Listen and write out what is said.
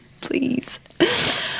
please